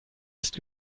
ist